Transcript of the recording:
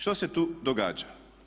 Što se tu događa?